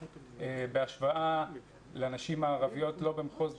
בהשוואה לנשים הערביות לא במחוז דרום,